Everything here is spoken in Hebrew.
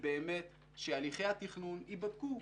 שהליכי התכנון ייבדקו.